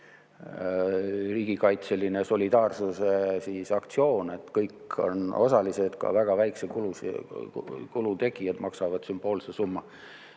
riigikaitseline solidaarsuse aktsioon, et kõik on osalised, ka väga väikese tulu saajad maksavad sümboolse summa.